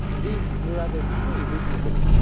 these were rather free rhythmically,